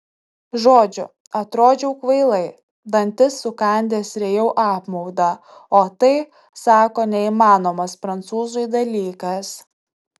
žodžiu atrodžiau kvailai dantis sukandęs rijau apmaudą o tai sako neįmanomas prancūzui dalykas